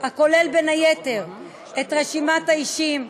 הכולל בין היתר את רשימת האישים,